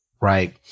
right